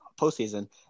postseason